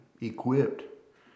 equipped